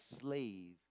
slave